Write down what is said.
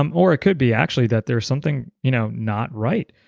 um or it could be actually that there's something you know not right.